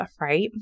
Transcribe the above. right